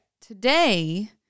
Today